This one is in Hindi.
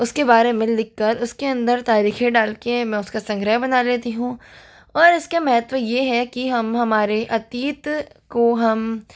उसके बारे में लिख कर उसके अंदर तरीखें डाल कर मैं उसका संग्रह बना लेती हूँ और उसके महत्व यह है कि हम हमारे अतीत को हम